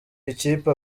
ikipe